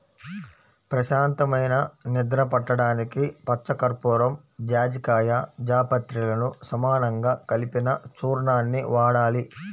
ప్రశాంతమైన నిద్ర పట్టడానికి పచ్చకర్పూరం, జాజికాయ, జాపత్రిలను సమానంగా కలిపిన చూర్ణాన్ని వాడాలి